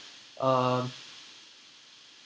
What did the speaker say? um